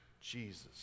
Jesus